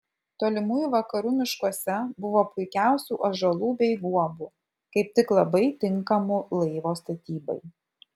tolimųjų vakarų miškuose buvo puikiausių ąžuolų bei guobų kaip tik labai tinkamų laivo statybai